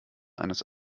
eines